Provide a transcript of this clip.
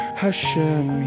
Hashem